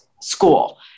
school